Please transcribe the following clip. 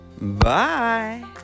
Bye